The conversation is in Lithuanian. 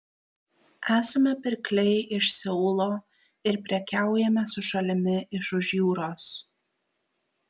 esame pirkliai iš seulo ir prekiaujame su šalimi iš už jūros